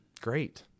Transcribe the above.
Great